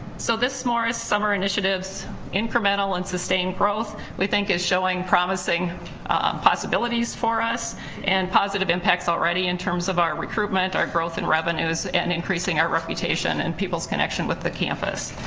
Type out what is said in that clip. so this morris summer initiatives incremental and sustained growth, we think, is showing promising possibilities for us and positive impacts already, in terms of our recruitment, our growth and revenues and increasing our reputation and peoples' connection with the campus.